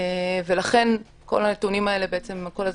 אגב, כמה חוקרים יש?